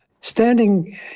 standing